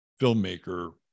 filmmaker